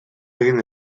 egin